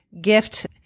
gift